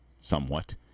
somewhat